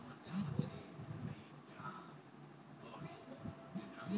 আর্থিক বাজার হছে ইক ধরলের বাজার যেখালে ফিলালসের সঙ্গে জড়িত লকরা আথ্থিক লেলদেল ক্যরে